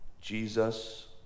Jesus